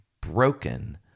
broken